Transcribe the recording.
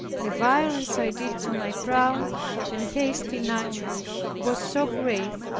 the violence i did to my proud and hasty nature was so great,